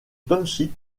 township